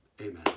amen